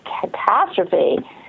catastrophe